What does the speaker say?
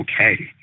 okay